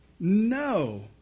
No